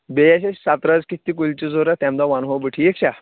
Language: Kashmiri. بیٚیہِ ٲسۍ أسۍ سترٲژ کِتھۍ تہِ کُلۍ چھِ ضوٗرت تَمہِ دۄہ وَنہو بہٕ ٹھیٖک چھا